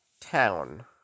town